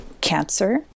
cancer